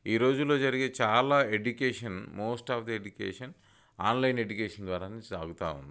ఈ రోజుల్లో జరిగే చాలా education most of the education online education ద్వారానే సాగుతూ ఉంది